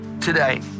today